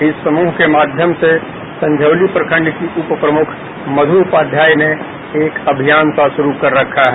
इस समूह के माध्यम से संज्ञौली प्रखंड की उप प्रमुख उपाध्याय ने एक अभियान सा शुरु कर रखा है